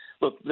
Look